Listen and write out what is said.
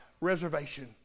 reservation